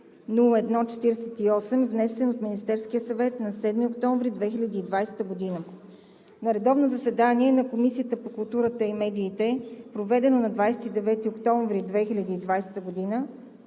002-01-48, внесен от Министерския съвет на 7 октомври 2020 г. На редовно заседание на Комисията по културата и медиите, проведено на 29 октомври 2020 г.,